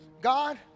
God